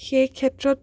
সেই ক্ষেত্ৰত